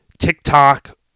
TikTok